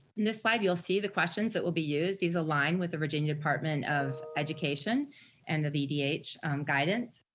in this slide, you'll see the questions that will be used, these align with the virginia department of education and the vdh guidance,